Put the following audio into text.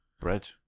Bread